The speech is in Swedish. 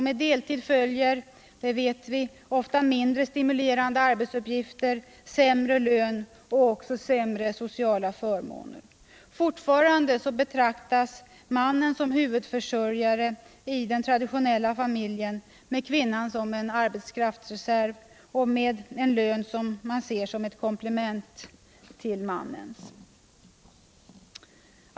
Med deltid följer — det vet vi — ofta mindre stimulerande arbetsuppgifter, sämre lön och också sämre sociala förmåner. Fortfarande betraktas mannen som huvudförsörjaren i den traditionella familjen med kvinnan som en arbetskraftsreserv, med en lön som man ser som ett komplement till mannens.